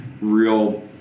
real